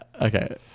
Okay